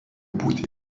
būti